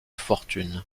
fortunes